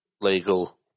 legal